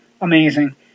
amazing